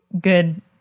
good